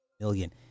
million